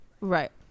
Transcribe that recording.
Right